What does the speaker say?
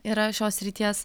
yra šios srities